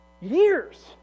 Years